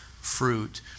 fruit